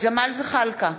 ג'מאל זחאלקה,